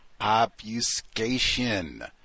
obfuscation